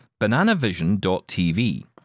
bananavision.tv